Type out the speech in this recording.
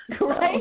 Right